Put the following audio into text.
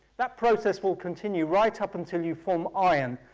that process will continue right up until you form iron.